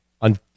on